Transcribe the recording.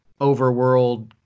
overworld